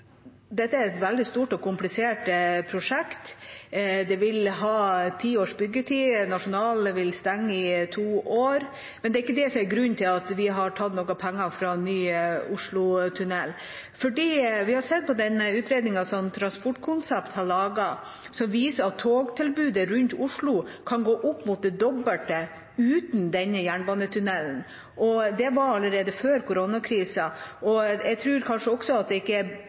er dette et veldig stort og komplisert prosjekt. Det vil ha ti års byggetid, og Nationaltheatret stasjon vil stenge i to år, men det er ikke det som er grunnen til at vi har tatt noe penger fra ny Oslotunnel. Vi har sett på den utredningen Trafikkonsept har laget, som viser at togtilbudet rundt Oslo kan gå opp mot det dobbelte uten denne jernbanetunnelen, og det var allerede før koronakrisen. Jeg tror det kanskje også i framtida blir vanlig at ikke